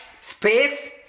space